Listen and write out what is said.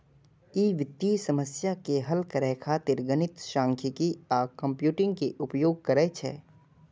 ई वित्तीय समस्या के हल करै खातिर गणित, सांख्यिकी आ कंप्यूटिंग के उपयोग करै छै